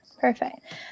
perfect